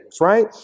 right